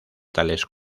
tales